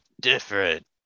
different